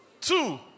Two